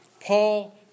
Paul